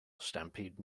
stampede